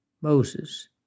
Moses